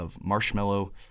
marshmallow